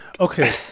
Okay